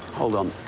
hold on.